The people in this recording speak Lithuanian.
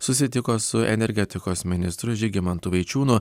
susitiko su energetikos ministru žygimantu vaičiūnu